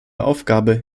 aufgabe